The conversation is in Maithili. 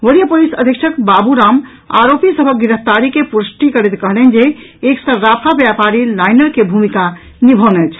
वरीय पुलिस अधीक्षक बाबू राम आरोपी सभक गिरफ्तारी के पुष्टि करैत कहलनि जे एक सर्राफा व्यापारी लाइनर के भूमिका निभौने छल